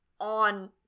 on